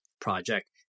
project